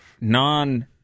non